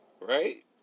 Right